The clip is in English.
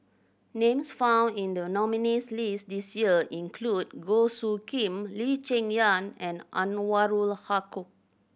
names found in the nominees' list this year include Goh Soo Khim Lee Cheng Yan and Anwarul Haque